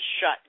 shut